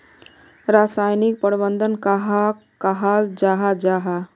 रासायनिक प्रबंधन कहाक कहाल जाहा जाहा?